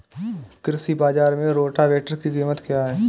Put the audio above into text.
कृषि बाजार में रोटावेटर की कीमत क्या है?